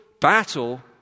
battle